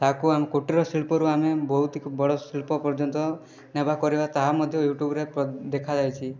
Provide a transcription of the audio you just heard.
ତାହାକୁ ଆମ କୁଟୀର ଶିଳ୍ପରୁ ଆମେ ବହୁତ ବଡ଼ ଶିଳ୍ପ ପର୍ଯ୍ୟନ୍ତ ନେବା କରିବା ତାହା ମଧ୍ୟ ୟୁଟ୍ୟୁବ୍ରେ ପଦ ଦେଖାଯାଇଛି